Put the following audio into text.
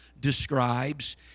describes